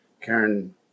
Karen